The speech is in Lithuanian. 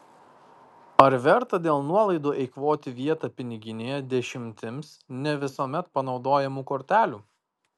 ar verta dėl nuolaidų eikvoti vietą piniginėje dešimtims ne visuomet panaudojamų kortelių